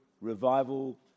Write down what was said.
revival